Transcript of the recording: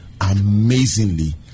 amazingly